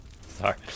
Sorry